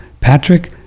Patrick